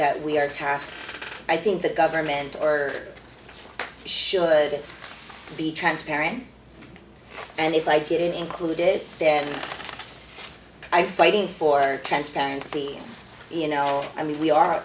that we are tasked i think the government or should be transparent and if i get it included then i fighting for transparency you know i mean we are